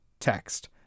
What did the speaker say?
text